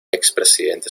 expresidente